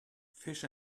fish